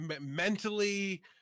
mentally